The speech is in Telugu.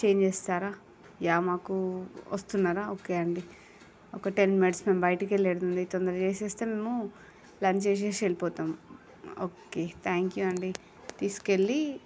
చేంజ్ చేస్తారా యా మాకు వస్తున్నారా ఓకే అండి ఒక టెన్ మినిట్స్ మేము బయటికి వెళ్ళేది ఉంది తొందరగా చేస్తే మేము లంచ్ చేసి వెళ్ళిపోతాం ఓకే థ్యాంక్ యూ అండి తీసుకెళ్ళి